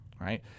Right